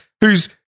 who's-